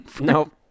Nope